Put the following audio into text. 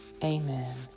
Amen